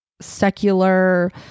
secular